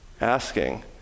asking